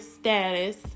status